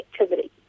activity